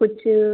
कुछ